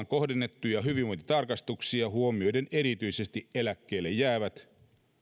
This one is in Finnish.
kohdennettuja hyvinvointitarkastuksia huomioiden erityisesti eläkkeelle jäävät